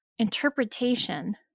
interpretation